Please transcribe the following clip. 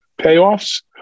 payoffs